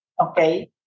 okay